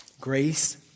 Grace